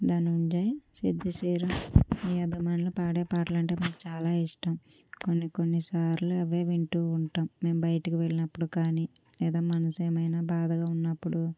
ధనుంజయ్ సిద్ శ్రీరామ్ నీ అభిమానులు పాడే పాటలు అంటే నాకు చాలా ఇష్టం కొన్ని కొన్నిసార్లు అవే వింటూ ఉంటాము మేము బయటికి వెళ్ళినప్పుడు కానీ లేదా మనస్సు ఏదైన బాధగా ఉన్నప్పుడు